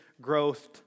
growth